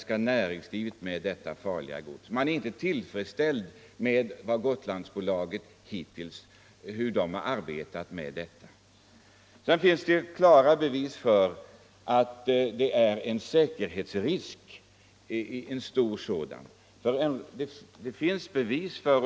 Inom näringslivet där är man inte tillfredsställd med det sätt på vilket Gotlandsbolaget har skött sådana transporter. Det finns vidare klara bevis för att transporter av farligt gods på Gotlandsbolagets båtar är en stor säkerhetsrisk.